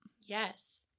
Yes